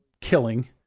killing